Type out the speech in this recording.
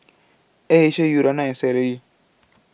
Air Asia Urana and Sara Lee